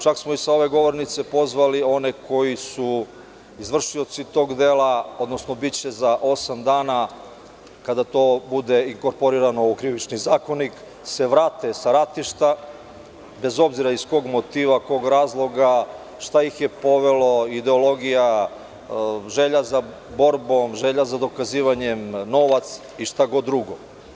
Čak smo sa ove govornice pozvali i one koji su izvršioci tog dela, odnosno biće za osam dana kada to bude inkorporirano u Krivični zakonik, se vrate sa ratišta, bez obzira iz kog motiva, kog razloga, šta ih je povelo, ideologija, želja za borbom, želja za dokazivanjem, novac i šta god drugo.